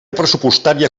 pressupostària